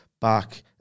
back